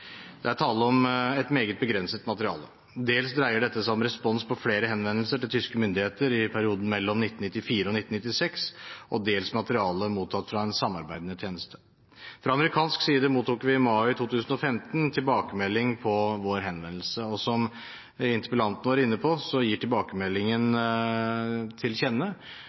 Det er tale om et meget begrenset materiale. Dels dreier dette seg om respons på flere henvendelser til tyske myndigheter i perioden mellom 1994 og 1996, og dels om materiale mottatt fra en samarbeidende tjeneste. Fra amerikansk side mottok vi i mai 2015 tilbakemelding på vår henvendelse. Som interpellanten var inne på, gir tilbakemeldingen